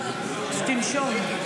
שתנשום.